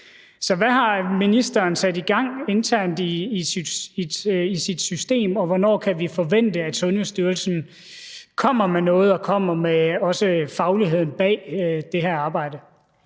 Så hvad har ministeren sat i gang internt i sit system, og hvornår kan vi forvente, at Sundhedsstyrelsen kommer med noget og også kommer med fagligheden bag det her arbejde?